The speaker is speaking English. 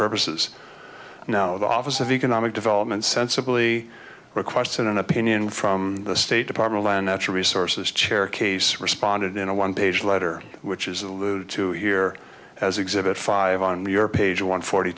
purposes now the office of economic development sensibly requested an opinion from the state department and natural resources chair case responded in a one page letter which is alluded to here as exhibit five on your page one forty